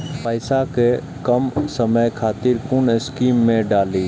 पैसा कै कम समय खातिर कुन स्कीम मैं डाली?